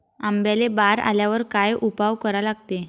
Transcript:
आंब्याले बार आल्यावर काय उपाव करा लागते?